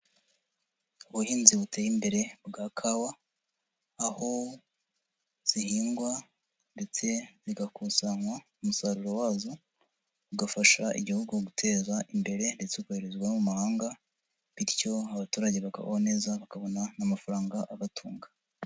Ubuhinzi buteye imbere bwa kawa, aho zihingwa ndetse zigakusanywa, umusaruro wazo ugafasha igihugu guteza imbere ndetse ukoherezwa no mu mahanga bityo abaturage bakabaho neza bakabona n'amafaranga abatunga.